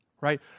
right